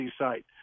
site